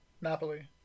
Napoli